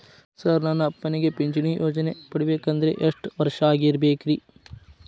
Sir ನನ್ನ ಅಪ್ಪನಿಗೆ ಪಿಂಚಿಣಿ ಯೋಜನೆ ಪಡೆಯಬೇಕಂದ್ರೆ ಎಷ್ಟು ವರ್ಷಾಗಿರಬೇಕ್ರಿ?